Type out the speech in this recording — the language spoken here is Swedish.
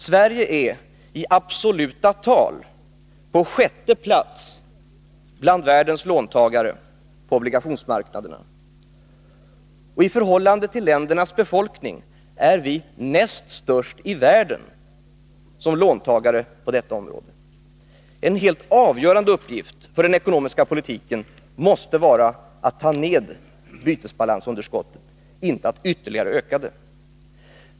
Sverige är i absoluta tal på sjätte plats bland världens låntagare på obligationsmarknaderna. I förhållande till ländernas befolkning är vi näst störst i världen som låntagare på detta område. En helt avgörande uppgift för den ekonomiska politiken måste vara att ta ned bytesbalansunderskottet, inte att ytterligare öka det.